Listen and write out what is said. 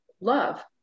love